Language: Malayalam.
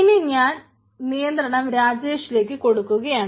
ഇനി ഞാൻ നിയന്ത്രണം രാജേഷിലേക്ക് കൊടുക്കുകയാണ്